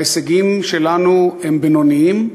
ההישגים שלנו הם בינוניים,